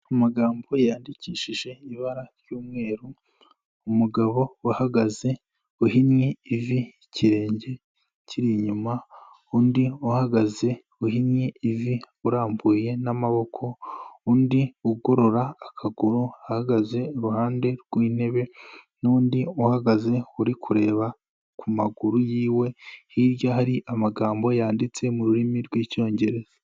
Amagambo yandikishije ibara ry'umweru, umugabo uhagaze uhinnye ivi, ikirenge kiri inyuma, undi uhagaze uhinnye ivi urambuye n'amaboko, undi ugorora akaguru ahagaze iruhande rw'intebe, n'undi uhagaze uri kureba ku maguru y'iwe, hirya hari amagambo yanditse mu rurimi rw'Icyongereza.